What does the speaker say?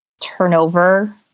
turnover